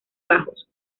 bajos